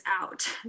out